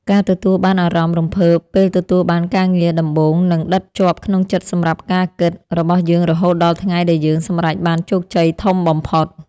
ការទទួលបានអារម្មណ៍រំភើបពេលទទួលបានការងារដំបូងនឹងដិតជាប់ក្នុងចិត្តសម្រាប់ការគិតរបស់យើងរហូតដល់ថ្ងៃដែលយើងសម្រេចបានជោគជ័យធំបំផុត។